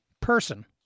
person